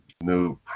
new